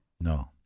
No